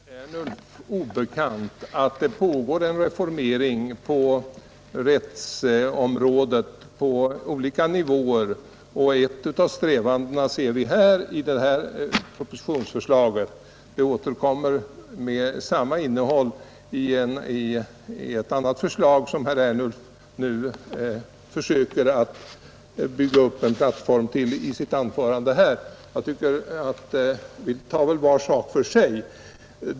Herr talman! Det är inte herr Ernulf obekant att det pågår en reformering på olika nivåer på rättsområdet, och ett av strävandena ser vi i det här propositionsförslaget. Det återkommer i ett annat förslag som herr Ernulf försökte bygga upp en plattform för i sitt anförande nyss. Men vi tar väl var sak för sig.